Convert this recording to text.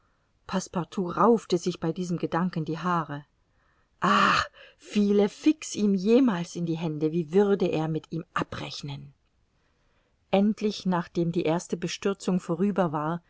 raufte sich bei diesem gedanken die haare ah fiele fix ihm jemals in die hände wie würde er mit ihm abrechnen endlich nachdem die erste bestürzung vorüber war